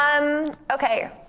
Okay